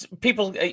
people